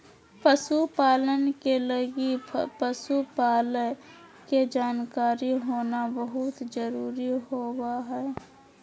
पशु पालन के लगी पशु पालय के जानकारी होना बहुत जरूरी होबा हइ